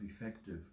effective